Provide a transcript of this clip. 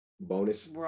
Bonus